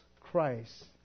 Christ